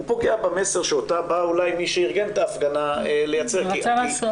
הוא פוגע במסר שאותה בא לייצג מי שארגן את ההפגנה כי המסר